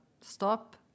stop